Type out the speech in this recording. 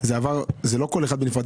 זה לא כל אחד בנפרד.